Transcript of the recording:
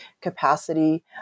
capacity